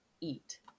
eat